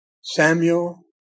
Samuel